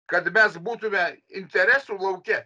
kad mes būtume interesų lauke